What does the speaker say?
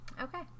Okay